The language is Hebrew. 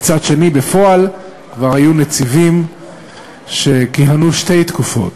מצד שני, בפועל כבר היו נציגים שכיהנו שתי תקופות.